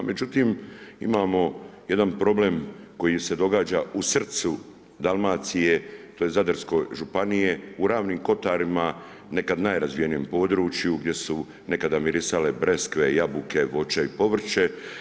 Međutim, imamo jedan problem koji se događa u srcu Dalmacije, tj. Zadarske županije u Ravnim kotarima nekad najrazvijenijem području gdje su nekada mirisale breskve, jabuke, voće i povrće.